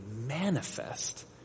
manifest